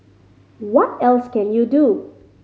what else can you do